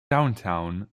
downtown